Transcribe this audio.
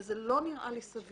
זה לא נראה לי סביר.